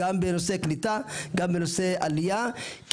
גם בנושא קליטה וגם בנושא עלייה.